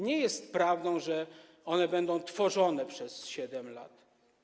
Nie jest prawdą to, że one będą tworzone przez 7 lat.